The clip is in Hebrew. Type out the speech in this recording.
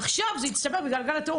עכשיו זה הצטבר בגלל גל הטרור